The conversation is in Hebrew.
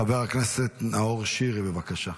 חבר הכנסת נאור שירי, בבקשה.